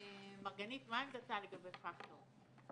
מרגנית, מה עמדתה לגבי פקטור?